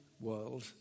world